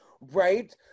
Right